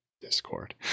Discord